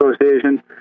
Association